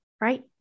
Right